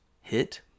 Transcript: hit